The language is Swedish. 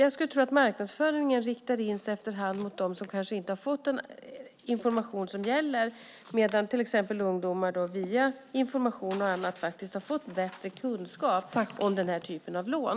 Jag skulle tro att marknadsföringen efter hand riktar in sig på dem som kanske inte har fått den information som gäller, medan till exempel ungdomar via information och annat faktiskt har fått bättre kunskap om denna typ av lån.